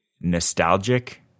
nostalgic